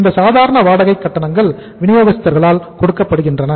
அந்த சாதாரண வாடகைக் கட்டணங்கள் வினியோகஸ்தர்களால் கொடுக்கப்படுகின்றன